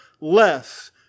less